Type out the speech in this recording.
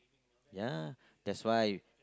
ya that's why